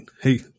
Hey